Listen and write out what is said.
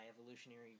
evolutionary